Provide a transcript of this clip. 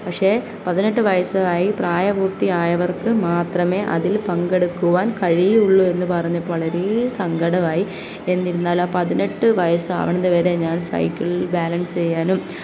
പക്ഷേ പതിനെട്ട് വയസ്സായി പ്രായപൂർത്തിയായവർക്ക് മാത്രമേ അതിൽ പങ്കെടുക്കുവാൻ കഴിയുള്ളു എന്ന് പറഞ്ഞപ്പോൾ വളരെ സങ്കടമായി എന്നിരുന്നാലും ആ പതിനെട്ട് വയസ്സ് ആവുന്നത് വരെ ഞാൻ സൈക്കിളിൽ ബാലൻസ് ചെയ്യാനും